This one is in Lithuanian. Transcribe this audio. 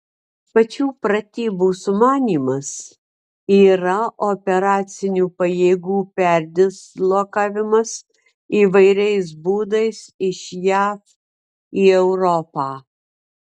pačių pratybų sumanymas yra operacinių pajėgų perdislokavimas įvairiais būdais iš jav į europą